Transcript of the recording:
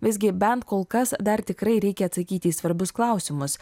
visgi bent kol kas dar tikrai reikia atsakyti į svarbius klausimus